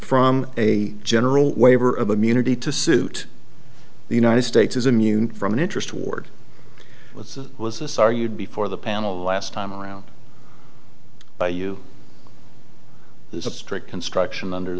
from a general waiver of immunity to suit the united states is immune from an interest ward with was this argued before the panel last time around by you there's a strict construction under